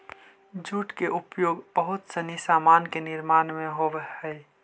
jute के उपयोग बहुत सनी सामान के निर्माण में होवऽ हई